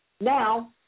Now